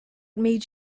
made